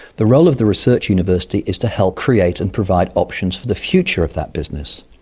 the role of the research university is to help create and provide options for the future of that business.